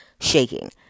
shaking